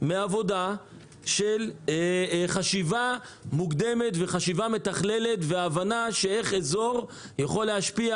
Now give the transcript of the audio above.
מעבודה של חשיבה מוקדמת ומתכללת והבנה איך אזור יכול להשפיע